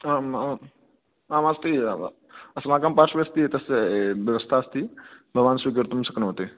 आम् आम् आम् अस्ति अस्माकं पार्श्वे अस्ति तस्य व्यवस्था अस्ति भवान् स्वीकर्तुं शक्नोति